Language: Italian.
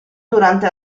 durante